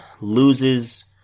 loses